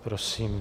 Prosím.